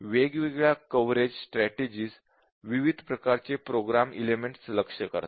वेगवेगळ्या coverage strategies विविध प्रकारचे प्रोगाम एलिमेंट्स लक्ष्य करतात